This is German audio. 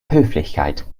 höflichkeit